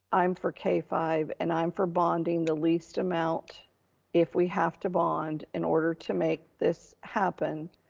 i'm for k five and i'm for bonding the least amount if we have to bond in order to make this happen.